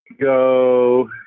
go